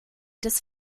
des